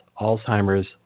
Alzheimer's